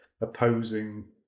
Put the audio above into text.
opposing